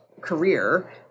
career